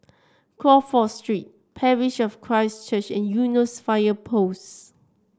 Crawford Street Parish of Christ Church and Eunos Fire Post